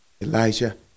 Elijah